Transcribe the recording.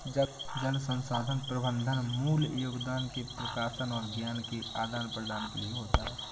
जल संसाधन प्रबंधन मूल योगदान के प्रकाशन और ज्ञान के आदान प्रदान के लिए होता है